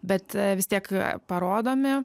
bet vis tiek parodomi